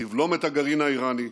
תבלום את הגרעין האיראני,